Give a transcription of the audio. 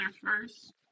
first